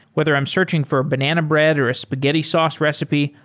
whether i'm searching for a banana bread or a spaghetti sauce recipe,